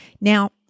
Now